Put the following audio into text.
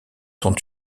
sont